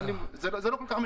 זה לא משנה.